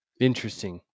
Interesting